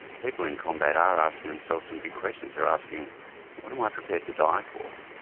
people in combat are asking themselves some big questions. they're asking what am i prepared to die for.